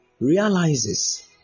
realizes